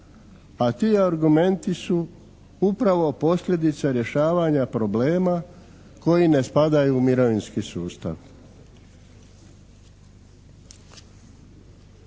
a ti argumenti su upravo posljedica rješavanja problema koji ne spadaju u mirovinski sustav.